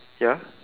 ya